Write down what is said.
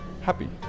happy